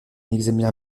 examen